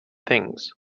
things